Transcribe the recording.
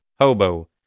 Hobo